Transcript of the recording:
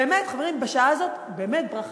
באמת, חברים, בשעה הזאת, באמת ברכה.